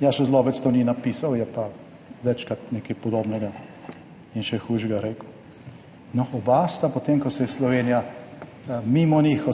Jaša Zlobec tega ni napisal, je pa večkrat nekaj podobnega in še hujšega rekel. Oba sta potem, ko se je Slovenija mimo njih